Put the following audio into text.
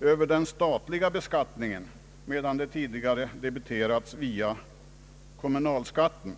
över den statliga beskattningen, medan dessa tidigare debiterats via kommunalskatten.